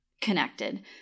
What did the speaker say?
connected